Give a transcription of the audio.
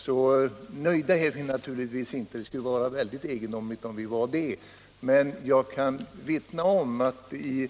Så nöjda är vi naturligtvis inte, det skulle som sagt vara mycket egendomligt om vi var det, men jag kan vittna om att det